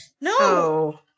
No